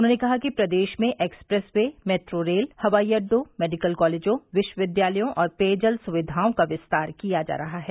उन्होंने कहा कि प्रदेश में एक्सप्रेस वे मेट्रो रेल हवाई अड्डों मेडिकल कॉलेजों विश्वविद्यालयों और पेयजल सुविघाओं का विस्तार किया जा रहा है